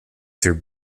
through